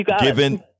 Given